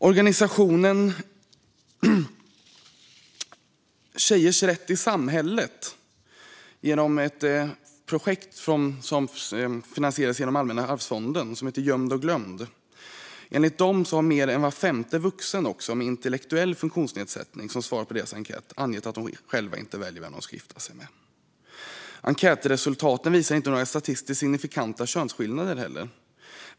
Föreningen Tjejers rätt i samhället har i ett projekt som finansierats genom Allmänna arvsfonden tagit fram en rapport som heter Gömd & G lömd - H edersrelaterat våld och förtryck mot vuxna med intellektuell funktionsnedsättning . Där har man sett att mer än var femte vuxen som har intellektuell funktionsnedsättning och som svarat på deras enkät angett att de själva inte väljer vem de ska gifta sig med. Enkätresultaten visar inte på några statistiskt signifikanta könsskillnader.